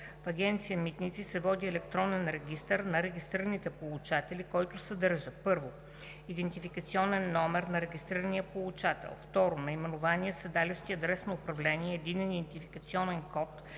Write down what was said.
В Агенция „Митници“ се води електронен регистър на регистрираните получатели, който съдържа: 1. идентификационен номер на регистрирания получател; 2. наименование, седалище и адрес на управление, единен идентификационен код